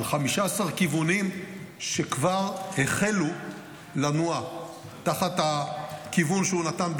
על 15 כיוונים שכבר החלו לנוע תחת הכיוון שהוא נתן,